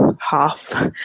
half